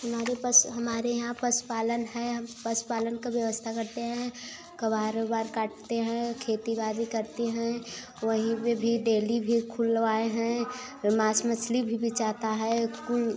हमारे पास हमारे यहाँ पशुपालन है हम पशुपालन का व्यवस्था करते हैं कबार ओबार काटते हैं खेती बार भी करते हैं वहीं पर भी डेली भी खुलवाऍं हैं मांस मछली भी बेचाता है कुन